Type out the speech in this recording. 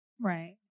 Right